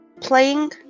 playing